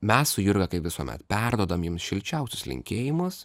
mes su jurga kaip visuomet perduodam jums šilčiausius linkėjimus